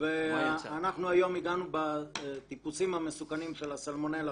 אנחנו היום הגענו בטיפוסים המסוכנים ש הסלמונלה,